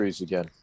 again